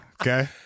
okay